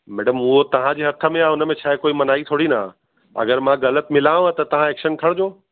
madam उहो तव्हांजे हथ में आहे उन में छा आहे कोई मनाही थोरी न आहे अगरि मां ग़लति मिलांव त तव्हां एक्शन खणिजो